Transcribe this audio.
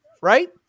right